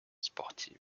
sportive